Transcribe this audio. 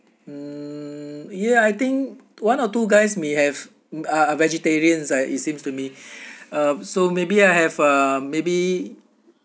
mm ya I think one or two guys may have mm are vegetarians I it seems to me ah so maybe I have a maybe